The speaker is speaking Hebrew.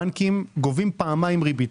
הבנקים גובים פעמיים ריבית,